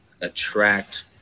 attract